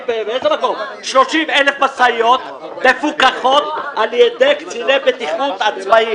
30,000 משאיות מפוקחות על-ידי קציני בטיחות עצמאיים.